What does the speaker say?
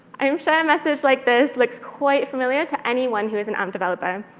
i am sure a message like this looks quite familiar to anyone who is an amp developer.